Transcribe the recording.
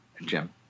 Jim